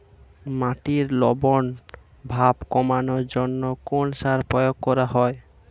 মাটির লবণ ভাব কমানোর জন্য কোন সার প্রয়োগ করা হয়?